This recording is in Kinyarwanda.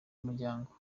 umuryango